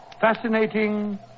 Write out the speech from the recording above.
Fascinating